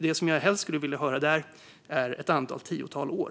Det jag helst skulle vilja höra där är ett antal tiotal år.